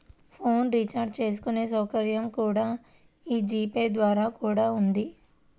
phone recharge చేసుకునే సౌకర్యం కూడా యీ జీ పే ద్వారా కూడా ఉంది